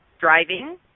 driving